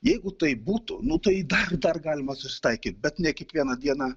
jeigu taip būtų nutarė dar dar galima susitaikyti bet ne kiekvieną dieną